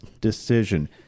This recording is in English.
decision